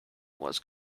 was